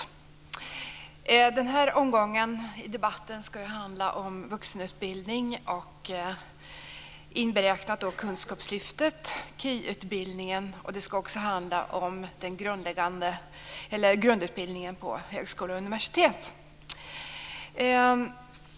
Den här omgången i debatten ska handla om vuxenutbildning, inberäknat Kunskapslyftet och KY. Det ska också handla om grundutbildning på högskolor och universitet.